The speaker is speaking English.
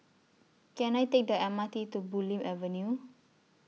Can I Take The M R T to Bulim Avenue